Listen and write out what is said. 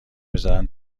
میزنن